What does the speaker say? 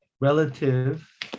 relative